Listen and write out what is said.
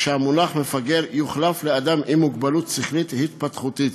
שהמונח מפגר יוחלף לאדם עם מוגבלות שכלית התפתחותית.